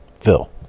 Phil